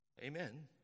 Amen